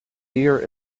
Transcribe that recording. dear